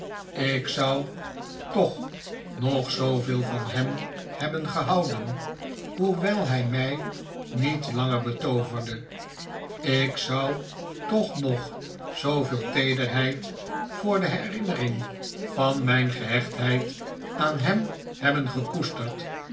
ik zou toch nog zooveel van hem hebben gehouden hoewel hij mij niet langer betooverde ik zou toch nog zooveel teederheid voor de herinnering van mijn gehechtheid aan hem hebben gekoesterd